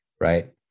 right